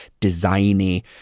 designy